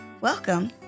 Welcome